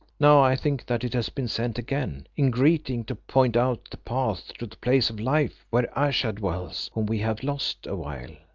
now i think that it has been sent again in greeting to point out the path to the place of life where ayesha dwells, whom we have lost awhile.